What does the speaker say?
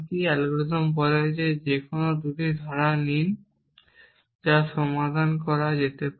algorithm বলে যে কোন 2টি ধারা নিন যা সমাধান করা যেতে পারে